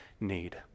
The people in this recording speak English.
need